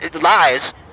lies